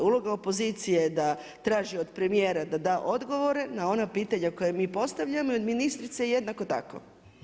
Uloga opozicije je da traži od premijera da da odgovore na ona pitanja koja mi postavljamo i od ministrice jednako tako.